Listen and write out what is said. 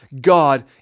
God